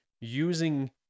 using